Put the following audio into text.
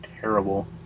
terrible